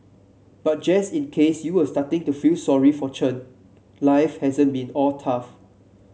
but just in case you were starting to feel sorry for Chen life hasn't been all tough